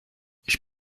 ich